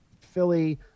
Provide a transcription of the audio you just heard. philly